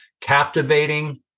captivating